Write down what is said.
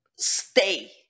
stay